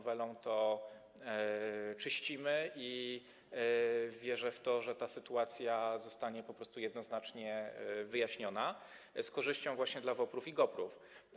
Wierzę w to, że ta sytuacja zostanie po prostu jednoznacznie wyjaśniona z korzyścią właśnie dla WOPR-ów i GOPR-ów.